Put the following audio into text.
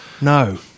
No